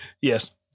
Yes